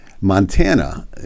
montana